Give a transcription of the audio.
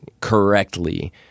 correctly